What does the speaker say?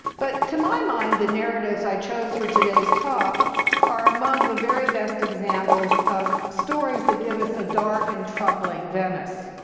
but to my mind the narratives i chose for today's talk are among the very best examples of stories that give us a dark and troubling venice.